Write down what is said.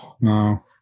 no